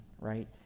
right